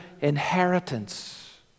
inheritance